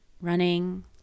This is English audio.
running